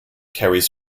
carries